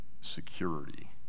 security